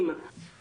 והם לא יודעים,